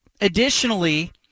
additionally